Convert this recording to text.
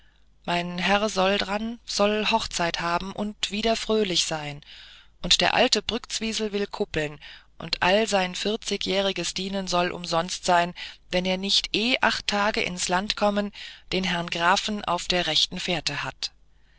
mein herr soll dran soll hochzeit haben und wieder fröhlich sein und der alte brktzwisl will kuppeln und all sein vierzigjähriges dienen soll umsonst sein wenn er nicht ehe acht tage ins land kommen den herrn grafen auf der rechten fährte hat